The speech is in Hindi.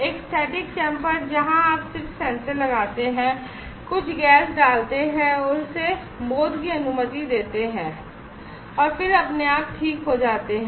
एक स्टैटिक चैंबर जहां आप सिर्फ सेंसर लगाते हैं कुछ गैस डालते हैं और उसे बोध की अनुमति देते हैं और फिर अपने आप ठीक हो जाते हैं